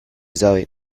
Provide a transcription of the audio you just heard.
sabe